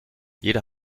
jeder